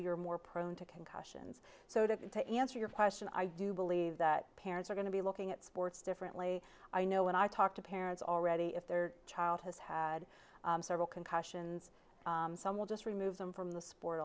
you're more prone to concussions so to answer your question i do believe that parents are going to be looking at sports differently i know when i talk to parents already if their child has had several concussions some will just remove them from the sport